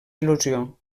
il·lusió